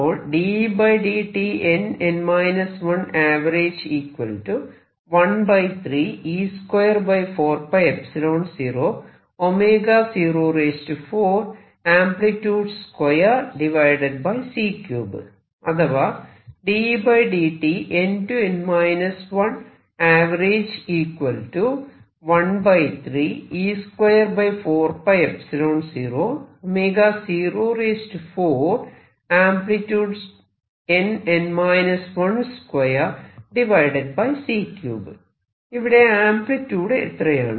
അപ്പോൾ അഥവാ ഇവിടെ ആംപ്ലിട്യൂഡ് എത്രയാണ്